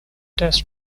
test